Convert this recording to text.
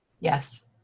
Yes